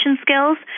skills